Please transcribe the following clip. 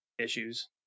issues